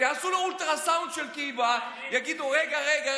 שיעשו לו אולטרסאונד של הקיבה ויגידו: רגע רגע,